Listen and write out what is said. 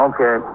Okay